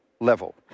level